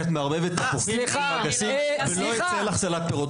כי את מערבבת תפוחים עם אגסים ולא ייצא לך סלט פירות,